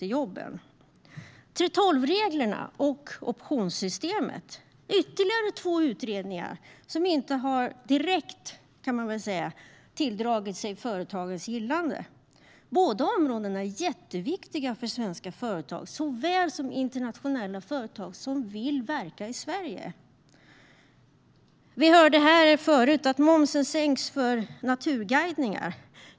Det andra exemplet är 3:12-reglerna och optionssystemet. Här är det ytterligare två utredningar som inte direkt, kan man väl säga, har tilldragit sig företagens gillande. Båda områdena är jätteviktiga för såväl svenska företag som internationella företag som vill verka i Sverige. Vi hörde här förut att momsen sänks för naturguidningar.